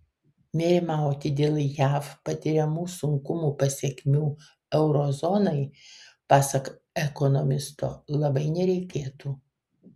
nerimauti dėl jav patiriamų sunkumų pasekmių euro zonai pasak ekonomisto labai nereikėtų